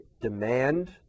demand